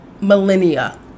millennia